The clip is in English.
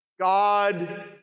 God